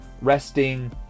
resting